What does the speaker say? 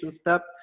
step